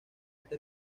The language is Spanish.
este